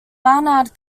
barnard